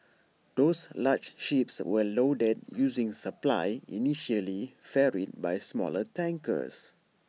those large ships were loaded using supply initially ferried by smaller tankers